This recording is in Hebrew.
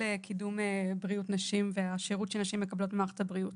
לקידום בריאות נשים והשירות שנשים מקבלות ממערכת הבריאות.